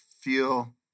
feel